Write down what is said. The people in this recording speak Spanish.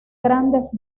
grandes